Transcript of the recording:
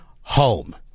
home